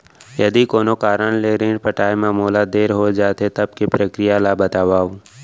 यदि कोनो कारन ले ऋण पटाय मा मोला देर हो जाथे, तब के प्रक्रिया ला बतावव